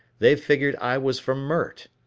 they figured i was from mert.